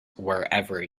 wherever